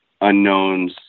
unknowns